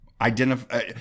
identify